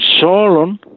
Solon